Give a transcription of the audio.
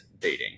dating